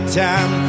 time